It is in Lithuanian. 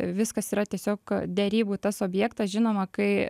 viskas yra tiesiog derybų tas objektas žinoma kai